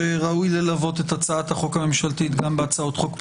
שראוי ללוות את הצעת החוק הממשלתית גם בהצעות חוק פרטיות,